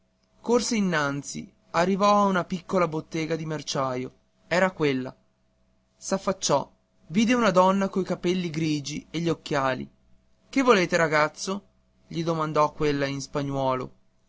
corse innanzi arrivò a una piccola bottega di merciaio era quella s'affacciò vide una donna coi capelli grigi e gli occhiali che volete ragazzo gli domandò quella in spagnuolo